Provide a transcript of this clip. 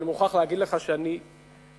אני מוכרח להגיד לך שאני נדהם,